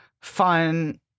fun